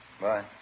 Bye